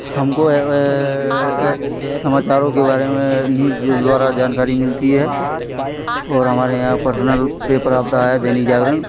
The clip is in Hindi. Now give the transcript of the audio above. हमको समाचारों के बारे में न्यूज़ द्वारा जानकारी मिलती है और हमारे यहाँ पर्सनल पेपर आता है दैनिक जागरण